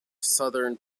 southern